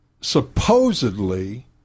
supposedly